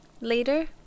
later